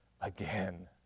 again